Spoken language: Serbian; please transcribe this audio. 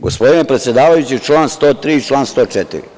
Gospodine predsedavajući, član 103. i član 104.